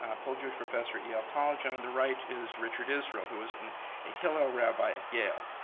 full jewish professor at yale college. on on the right is richard israel who was a hillel rabbi at yale.